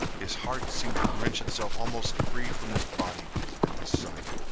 his heart seemed to wrench itself almost free from his body at this sight.